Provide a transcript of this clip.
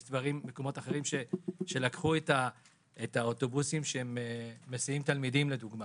יש מקומות שלקחו את האוטובוסים שמסיעים תלמידים לדוגמה,